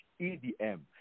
EDM